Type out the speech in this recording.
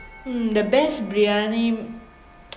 hmm the best briyani